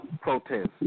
protest